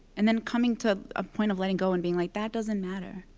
and then coming to a point of letting go and being like, that doesn't matter.